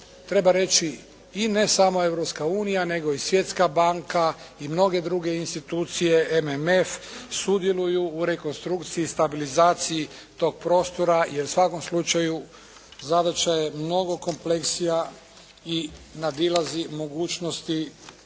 treba reći i ne samo Europska unija nego i Svjetska banaka i mnoge druge institucije, MMF, sudjeluju u rekonstrukciji i stabilizaciji tog prostora jer u svakom slučaju zadaća je mnogo kompleksnija i nadilazi mogućnosti